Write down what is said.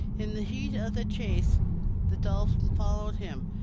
in the heat of the chase the dolphin followed him,